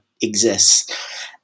exists